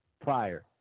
prior